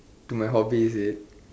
to my hobby is it